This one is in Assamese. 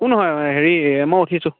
একো নহয় হেৰি মই উঠিছোঁ